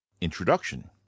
Introduction